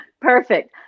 Perfect